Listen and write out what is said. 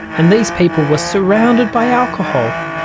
and these people were surrounded by alcohol.